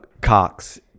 Cox